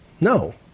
No